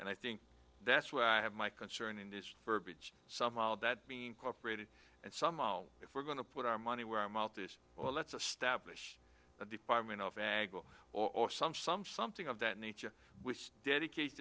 and i think that's why i have my concern in this verbiage somehow that being cooperative and somehow if we're going to put our money where our mouth is well that's a stablish a department of fagel or some some something of that nature dedicate